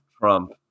Trump